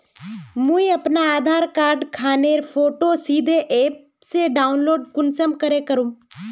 मुई अपना आधार कार्ड खानेर फोटो सीधे ऐप से डाउनलोड कुंसम करे करूम?